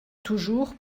toujours